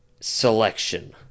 selection